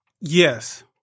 Yes